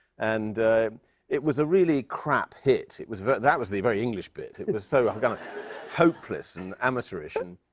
and it was a really crap hit. it was that was the very english bit. it was so kind of hopeless and amateurish. and